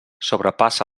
sobrepassa